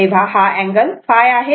तेव्हा हा अँगल ϕ आहे